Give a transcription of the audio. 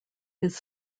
his